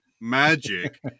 magic